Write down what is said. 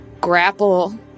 grapple